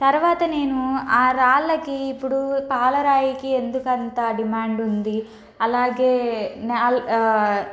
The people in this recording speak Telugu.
తర్వాత నేనూ ఆ రాళ్ళకీ ఇప్పుడు పాలరాయికి ఎందుకంత డిమాండ్ ఉంది అలాగే నా అల్